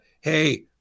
hey